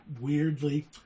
weirdly